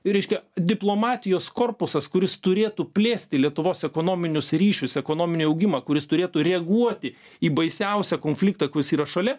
reiškia diplomatijos korpusas kuris turėtų plėsti lietuvos ekonominius ryšius ekonominį augimą kuris turėtų reaguoti į baisiausią konfliktą kuris yra šalia